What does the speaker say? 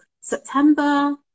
September